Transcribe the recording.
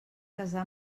casar